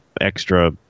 extra